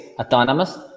autonomous